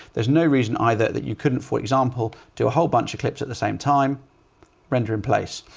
there's no reason either that you couldn't, for example do a whole bunch of clips at the same time render in place.